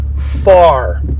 far